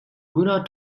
gunnar